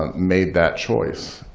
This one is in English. made that choice.